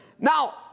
Now